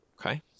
Okay